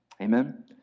Amen